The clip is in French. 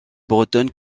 bretonne